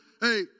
hey